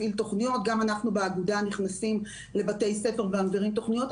באגודה נכנסים לבתי ספר ומעבירים תוכניות,